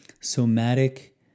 somatic